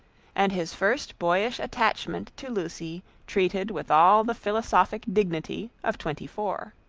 and his first boyish attachment to lucy treated with all the philosophic dignity of twenty-four.